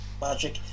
magic